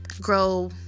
grow